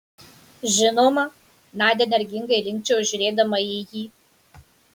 žinoma nadia energingai linkčiojo žiūrėdama į jį